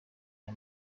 aya